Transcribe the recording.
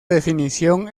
definición